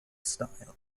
style